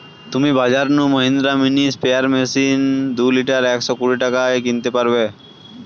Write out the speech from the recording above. তুমি বাজর নু মহিন্দ্রা মিনি স্প্রেয়ার মেশিন দুই লিটার একশ কুড়ি টাকায় কিনতে পারবে